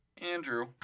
Andrew